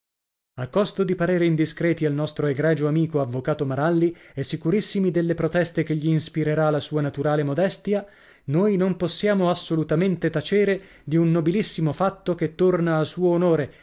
a costo di parere indiscreti al nostro egregio amico avvocato maralli e sicurissimi delle proteste che gli inspirerà la sua naturale modestia noi non possiamo assolutamente tacere di un nobilissimo fatto che torna a suo onore